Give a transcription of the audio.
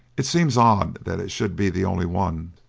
it seems odd that it should be the only one,